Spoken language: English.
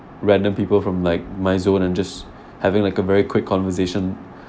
random people from like my zone and just having like a very quick conversation